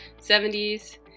70s